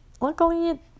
Luckily